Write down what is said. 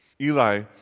Eli